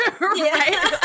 Right